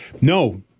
No